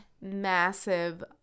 massive